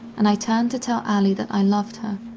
and i turned to tell allie that i loved her,